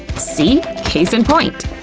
see? case and point.